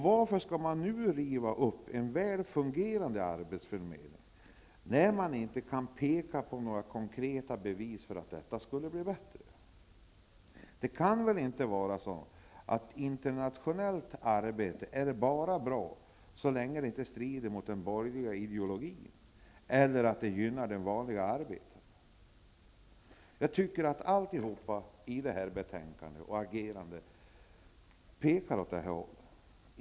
Varför skall man nu riva upp en väl fungerande arbetsförmedling, när man inte kan peka på några konkreta bevis på att det skulle innebära någon förbättring? Det kan väl inte vara på det sättet att internationellt arbete är bra endast så länge det inte strider mot den borgerliga ideologin eller gynnar den vanliga arbetaren. Jag anser att allt som är skrivet i betänkandet och agerandet i övrigt pekar åt detta håll.